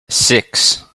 six